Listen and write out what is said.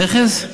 מכס?